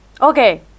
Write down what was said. okay